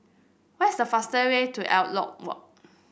what is the fastest way to Elliot Walk